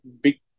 big